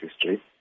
history